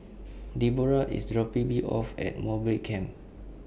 Debora IS dropping Me off At Mowbray Camp